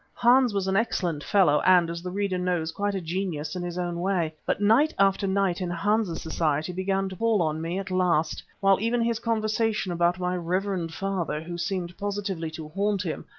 hans was an excellent fellow, and, as the reader knows, quite a genius in his own way, but night after night in hans's society began to pall on me at last, while even his conversation about my reverend father, who seemed positively to haunt him,